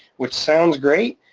which sounds great,